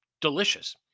delicious